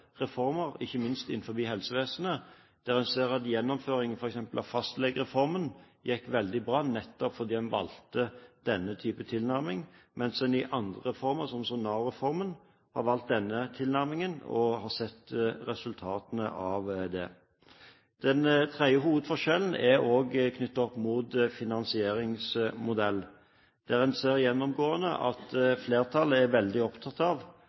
reformer, ikke minst innenfor helsevesenet, der en ser at gjennomføringen f.eks. av fastlegereformen gikk veldig bra nettopp fordi en valgte en annen type tilnærming, mens en i andre reformer, som i Nav-reformen, har valgt denne tilnæringen og har sett resultatene av det. Den tredje hovedforskjellen er også knyttet opp mot finansieringsmodell, der en ser at flertallet gjennomgående er veldig opptatt av